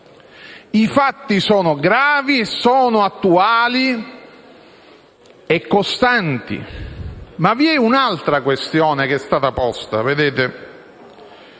I fatti sono gravi, sono attuali e costanti. Vi è però un'altra questione che è stata posta, in